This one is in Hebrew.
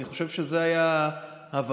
אני חושב שזאת הייתה ההבנה,